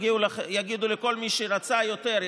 וכל מי שרצה יותר,